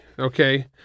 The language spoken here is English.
Okay